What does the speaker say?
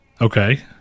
Okay